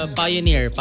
pioneer